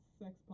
sex